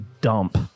dump